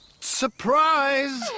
Surprise